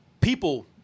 people